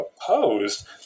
opposed